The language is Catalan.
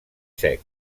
sec